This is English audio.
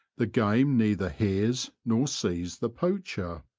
the game neither hears nor sees the poacher.